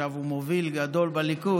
עכשיו הוא מוביל גדול בליכוד: